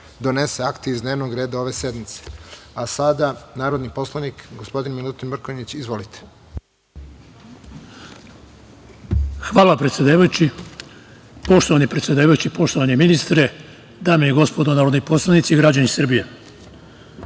donese akte iz dnevnog reda ove sednice. Sada, narodni poslanik gospodin Milutin Mrkonjić. Izvolite. **Milutin Mrkonjić** Hvala predsedavajući. Poštovani predsedavajući i poštovani ministre, dame i gospodo narodni poslanici i građani Srbije,